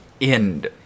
end